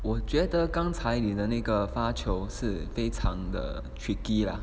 我觉得刚才你的那个发球是非常的 tricky lah